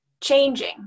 changing